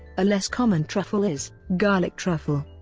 a less common truffle is garlic truffle.